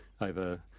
over